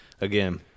again